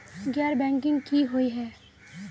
गैर बैंकिंग की हुई है?